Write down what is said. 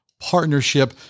Partnership